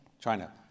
China